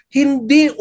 hindi